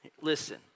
Listen